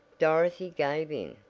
dorothy gave in.